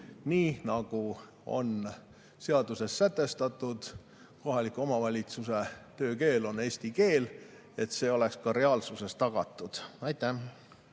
nii nagu on seaduses sätestatud: kohaliku omavalitsuse töökeel on eesti keel. See peab olema ka reaalsuses tagatud. Ma